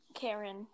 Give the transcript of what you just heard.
Karen